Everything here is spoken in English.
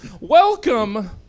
Welcome